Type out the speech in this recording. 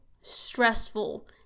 stressful